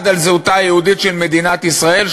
על זהותה היהודית של מדינת ישראל,